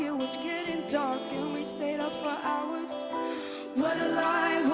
yeah was getting dark and we stayed up for ah hours what a lie,